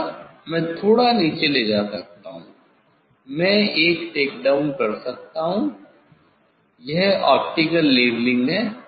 थोड़ा मैं थोड़ा नीचे ले जा सकता हूं मैं एक टेकडाउन कर सकता हूं यह ऑप्टिकल लेवलिंग है